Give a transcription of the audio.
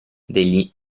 degli